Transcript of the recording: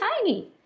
tiny